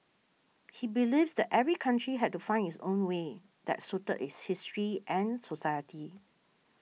he believed that every country had to find its own way that suited its history and society